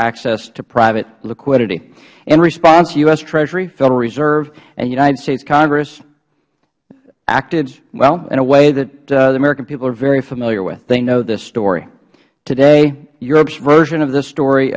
access to private liquidity in response the u s treasury federal reserve and united states congress acted well in a way that the american people are very familiar with they know this story today europe's version of this story